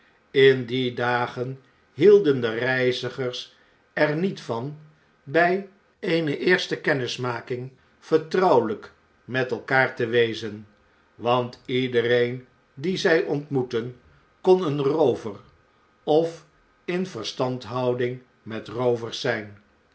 in die dagen hielden de reizigers er niet van bjj eene eerste kennismaking vertrouwelijk met elkaar te wezen want iedereen dien zij ontmoetten kon een roover of in verstandhouding met de roovers zjjn